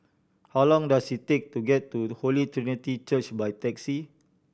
how long does it take to get to Holy Trinity Church by taxi